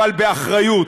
אבל באחריות.